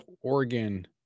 Oregon